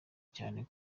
cyane